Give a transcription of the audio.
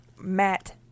Matt